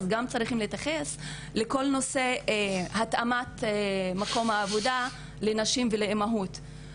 צריך גם להתייחס לכל נושא התאמת מקום העבודה לנשים ולאימהות.